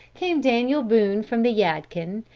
came daniel boone from the yadkin,